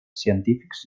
científics